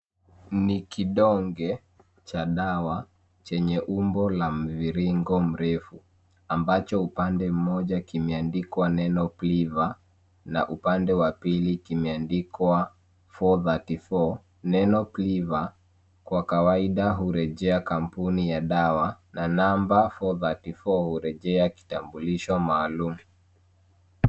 Ni kidonge cha dawa chenye umbo la mviringo mrefu, ambacho upande mmoja kimeandikwa, na upande mwingine kimeandikwa pia. Neno Nanocleaver kwa kawaida humaanisha jina la kampuni ya dawa, ni kitambulisho maalum cha dawa hiyo.